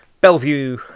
Bellevue